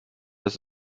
das